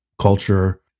culture